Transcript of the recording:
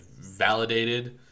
validated